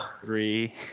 three